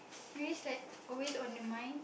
maybe it's like always on the mind